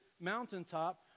mountaintop